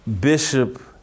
Bishop